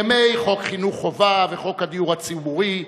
ימי חוק חינוך חובה וחוק הדיור הציבורי,